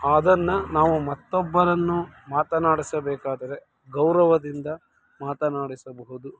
ಅದನ್ನು ನಾವು ಮತ್ತೊಬ್ಬರನ್ನು ಮಾತನಾಡಿಸಬೇಕಾದರೆ ಗೌರವದಿಂದ ಮಾತನಾಡಿಸಬಹುದು